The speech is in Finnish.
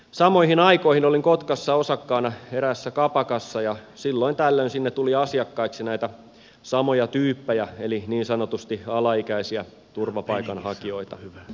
samoihin aikoihin olin kotkassa osakkaana eräässä kapakassa ja silloin tällöin sinne tuli asiakkaiksi näitä samoja tyyppejä eli niin sanotusti alaikäisiä turvapaikanhakijoita